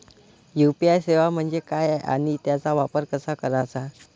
UPI सेवा म्हणजे काय आणि त्याचा वापर कसा करायचा?